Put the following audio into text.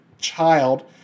child